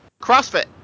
crossfit